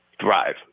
thrive